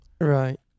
Right